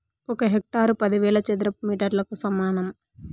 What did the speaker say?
ఒక హెక్టారు పదివేల చదరపు మీటర్లకు సమానం